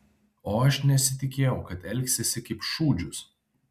o aš nesitikėjau kad elgsiesi kaip šūdžius